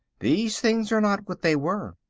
these things are not what they were.